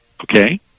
Okay